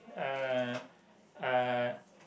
uh uh